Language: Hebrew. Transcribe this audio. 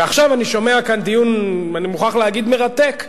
ועכשיו אני שומע כאן דיון, אני מוכרח להגיד, מרתק,